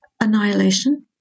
Annihilation